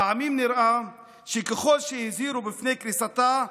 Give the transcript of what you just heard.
פעמים נראה שככל שהזהירו מפני קריסתה,